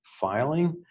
filing